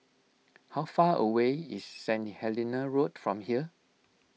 how far away is Saint Helena Road from here